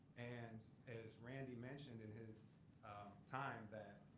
and as randy mentioned in his time that,